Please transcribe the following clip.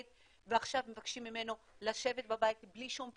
ועכשיו מבקשים ממנו לשבת בבית בלי שום פיצוי,